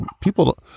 people